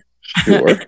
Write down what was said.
sure